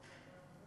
ואחרי תקופה,